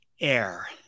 air